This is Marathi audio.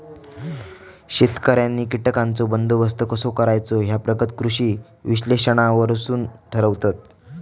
शेतकऱ्यांनी कीटकांचो बंदोबस्त कसो करायचो ह्या प्रगत कृषी विश्लेषणावरसून ठरवतत